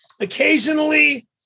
Occasionally